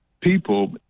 people